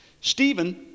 Stephen